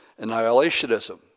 annihilationism